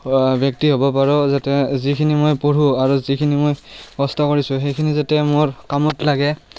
ব্যক্তি হ'ব পাৰোঁ যাতে যিখিনি মই পঢ়োঁ আৰু যিখিনি মই কষ্ট কৰিছোঁ সেইখিনি যাতে মোৰ কামত লাগে